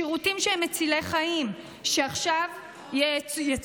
שירותים שהם מצילי חיים ועכשיו יצומצמו,